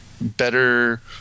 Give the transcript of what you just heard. better